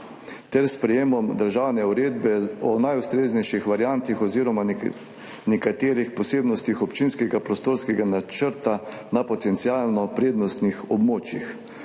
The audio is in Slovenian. ter sprejetjem državne uredbe o najustreznejših variantah oziroma nekaterih posebnostih občinskega prostorskega načrta na potencialno prednostnih območjih.